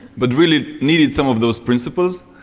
but really needed some of those principles.